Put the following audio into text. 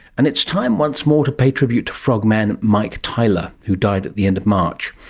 and it's time once more to pay tribute to frog man mike tyler who died at the end of march.